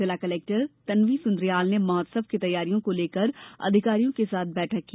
जिला कलेक्टर तन्वी सुन्द्रियाल ने महोत्सव की तैयारियों को लेकर अधिकारियों के साथ बैठक की